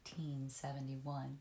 1871